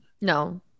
No